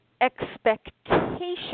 expectation